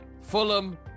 Fulham